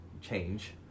change